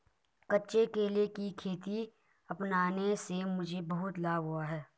कच्चे केले की खेती अपनाने से मुझे बहुत लाभ हुआ है